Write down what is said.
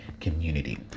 community